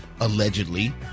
allegedly